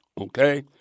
okay